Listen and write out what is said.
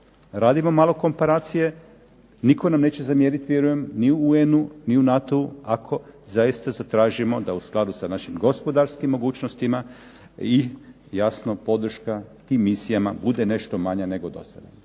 Radimo malo komparacije, nitko nam neće zamjeriti ni u UN-u niti u NATO-u ako zaista zatražimo da u skladu sa našim gospodarskim mogućnostima jasno podrška tim misijama bude nešto manja nego do sada.